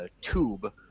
tube